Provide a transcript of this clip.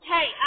Hey